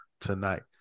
tonight